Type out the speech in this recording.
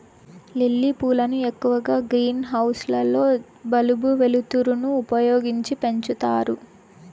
lily పూలను ఎక్కువగా greenhouse లలో బల్బుల వెలుతురును ఉపయోగించి పెంచుతారు